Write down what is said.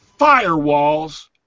firewalls